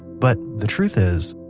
but the truth is,